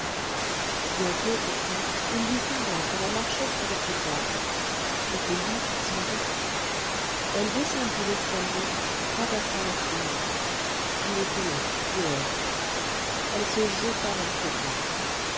bientôt pourtant il lui sembla que l'on marchait sur le trottoir c'était lui sans doute elle descendit l'escalier traversa la cour il était là dehors elle se jeta dans ses bras